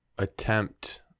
attempt